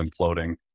imploding